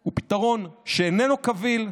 הוא פתרון שאיננו קביל,